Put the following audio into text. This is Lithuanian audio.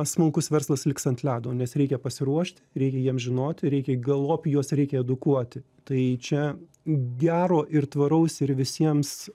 smulkus verslas liks ant ledo nes reikia pasiruošti reikia jiem žinoti reikia galop juos reikia edukuoti tai čia gero ir tvaraus ir visiems